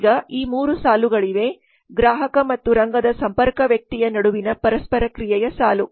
ಈಗ ಈ 3 ಸಾಲುಗಳಿವೆ ಗ್ರಾಹಕ ಮತ್ತು ರಂಗದ ಸಂಪರ್ಕ ವ್ಯಕ್ತಿಯ ನಡುವಿನ ಪರಸ್ಪರ ಕ್ರಿಯೆಯ ಸಾಲು